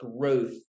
growth